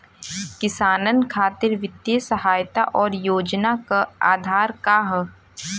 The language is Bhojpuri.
किसानन खातिर वित्तीय सहायता और योजना क आधार का ह?